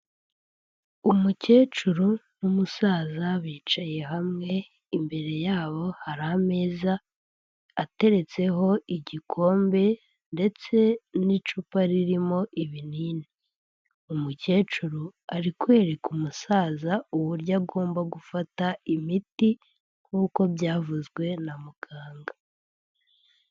Umukecuru n'umusaza bicaye hamwe, imbere yabo hari ameza ateretseho igikombe ndetse n'icupa ririmo ibinini, umukecuru ari kwereka umusaza uburyo agomba gufata imiti, nkuko byavuzwe na muganga.